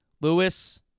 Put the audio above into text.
Lewis